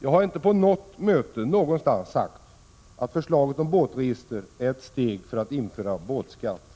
Jag har inte på något möte någonstans sagt att förslaget om båtregister är ett steg mot att införa båtskatt.